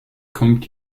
kommt